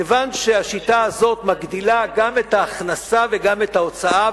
כיוון שהשיטה הזאת מגדילה גם את ההכנסה וגם את ההוצאה,